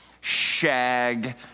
shag